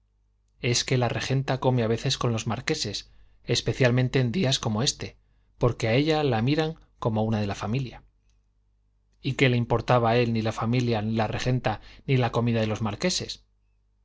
es que la regenta come a veces con los marqueses especialmente en días como este porque a ella la miran como una de la familia y qué le importaba a él ni la familia ni la regenta ni la comida de los marqueses